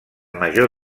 major